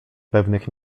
pewnych